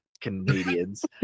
Canadians